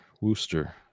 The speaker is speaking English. Worcester